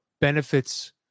benefits